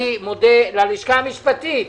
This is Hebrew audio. אני מודה ללשכה המשפטית.